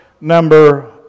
number